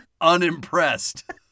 Unimpressed